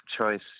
choice